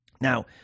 Now